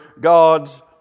God's